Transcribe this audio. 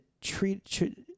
treat